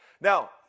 Now